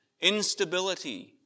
instability